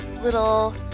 little